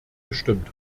gestimmt